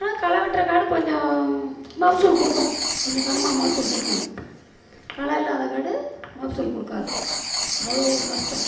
ஆனால் களை வெட்டுற காடு கொஞ்சம் மகசூல் கொடுக்கும் கொஞ்சம் கனமாக மகசூல் கொடுக்குங்க களை இல்லாத காடு மகசூல் கொடுக்காது அவ்வளோ ஒரு கஷ்டம்